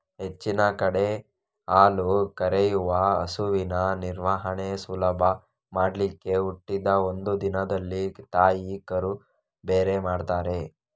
ಹೆಚ್ಚಿನ ಕಡೆ ಹಾಲು ಕರೆಯುವ ಹಸುವಿನ ನಿರ್ವಹಣೆ ಸುಲಭ ಮಾಡ್ಲಿಕ್ಕೆ ಹುಟ್ಟಿದ ಒಂದು ದಿನದಲ್ಲಿ ತಾಯಿ ಕರು ಬೇರೆ ಮಾಡ್ತಾರೆ